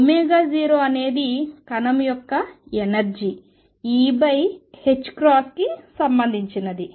0 అనేది కణము యొక్క ఎనర్జీ E కి సంబంధించినది